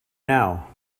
now